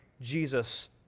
Jesus